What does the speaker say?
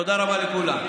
תודה רבה לכולם.